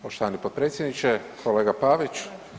Poštovani potpredsjedniče, kolega Pavić.